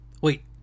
Wait